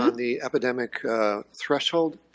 ah the epidemic threshold.